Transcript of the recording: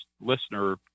listener